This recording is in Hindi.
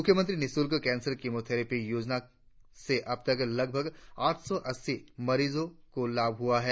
मुख्यमंत्री निःशुल्क केंसर कीमो थेरेपी योजना से अवतक लगभग आठ सौ अस्सी मरीजों को लाभ हुआ है